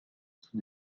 tout